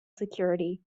security